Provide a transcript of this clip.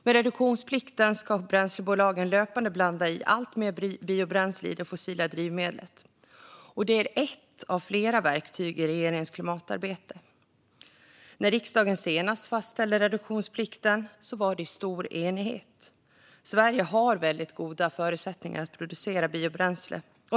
Med reduktionsplikten ska bränslebolagen löpande blanda i alltmer biobränsle i det fossila drivmedlet. Detta är ett av flera verktyg i regeringens klimatarbete. När riksdagen senast fastställde reduktionsplikten var det i stor enighet. Sverige har väldigt goda förutsättningar att producera biobränsle.